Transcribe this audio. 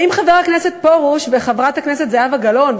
האם חבר הכנסת פרוש וחברת הכנסת זהבה גלאון,